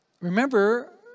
remember